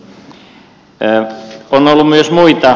on ollut myös muita